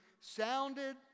sounded